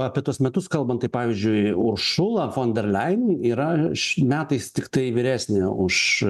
apie tuos metus kalbant tai pavyzdžiui uršula von der leyen yra š metais tiktai vyresnė už